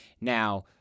Now